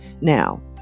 Now